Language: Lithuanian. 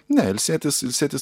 ne ilsėtis ilsėtis